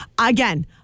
again